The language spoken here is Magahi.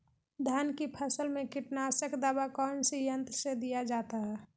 धान की फसल में कीटनाशक दवा कौन सी यंत्र से दिया जाता है?